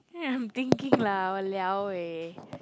ya I am thinking lah !walao! eh